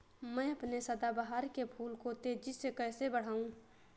मैं अपने सदाबहार के फूल को तेजी से कैसे बढाऊं?